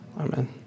Amen